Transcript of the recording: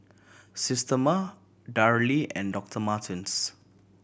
Systema Darlie and Doctor Martens